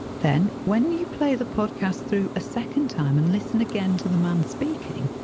then when you play the podcast through a second time and listen again to the man speaking,